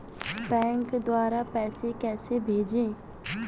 Bank द्वारा पैसे कैसे भेजें?